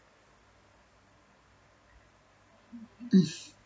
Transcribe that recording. mm